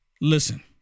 Listen